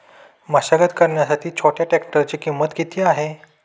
मशागत करण्यासाठी छोट्या ट्रॅक्टरची किंमत किती आहे?